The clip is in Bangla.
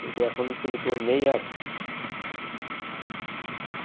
কিন্তু এখন তিনি তো নেই আর